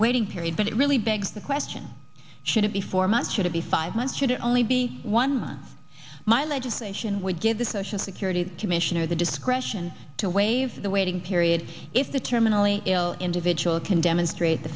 waiting period but it really begs the question should it be four months should it be five months should it only be one month my legislation would give the social security commission or the discretion to waive the waiting period if the terminally ill individual can demonstrate the